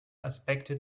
aspekte